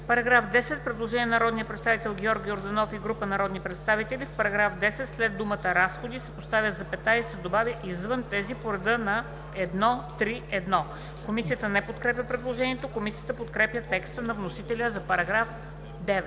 По § 10 има предложение на народния представител Георги Йорданов и група народни представители: „В § 10 след думата „разходи“ се поставя запетая и се добавя „извън тези поред 1.3.1.“ Комисията не подкрепя предложението. Комисията подкрепя текста на вносителя за § 10.